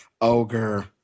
Ogre